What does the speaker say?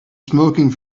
smoking